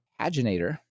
paginator